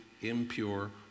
impure